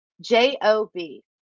J-O-B